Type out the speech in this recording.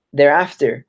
thereafter